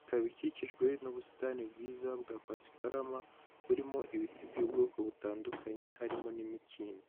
ikaba ikikijwe n'ubusitani bwiza bwa pasiparama burimo ibiti by'ubwoko butandukanye harimo n'imikindo.